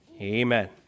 Amen